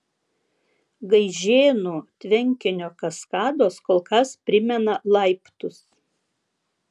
gaižėnų tvenkinio kaskados kol kas primena laiptus